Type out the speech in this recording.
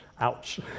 Ouch